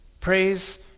Praise